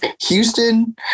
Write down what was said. Houston